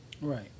Right